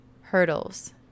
Hurdles